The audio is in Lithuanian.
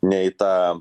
ne į tą